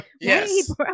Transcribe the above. Yes